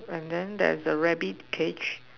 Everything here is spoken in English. and then there's the rabbit cage